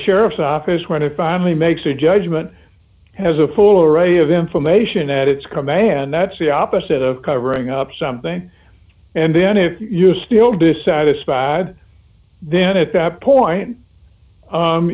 sheriff's office when it finally makes a judgment has a full array of information at its command that's the opposite of covering up something and then if you're still dissatisfied then at that point